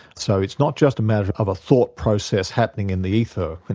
so it's not just a matter of a thought process happening in the ether, and